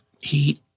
heat